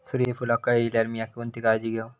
सूर्यफूलाक कळे इल्यार मीया कोणती काळजी घेव?